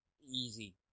easy